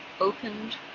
opened